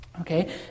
Okay